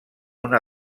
una